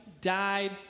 died